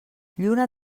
lluna